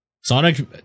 Sonic